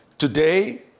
Today